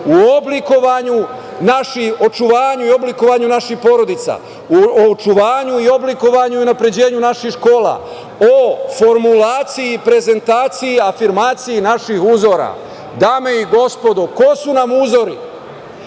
komunikaciji, u očuvanju i oblikovanju naših porodica, u očuvanju i oblikovanju i unapređenju naših škola, o formulaciji i prezentaciji i afirmaciji naših uzora. Dame i gospodo, ko su nam uzori?